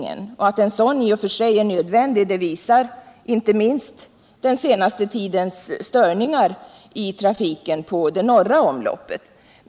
Att en sådan upprustning i och för sig är nödvändig visar inte minst den senaste tidens störningar i trafiken på det norra omloppet.